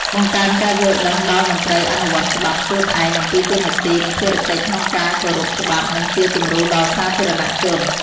បង្កើនការយល់ដឹងដល់មន្ត្រីអនុវត្តច្បាប់ ខ្លួនឯង អំពីតួនាទី និងភារកិច្ចក្នុងការគោរពច្បាប់ និងជាគំរូដល់សាធារណជន។